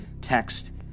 text